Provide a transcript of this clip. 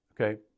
Okay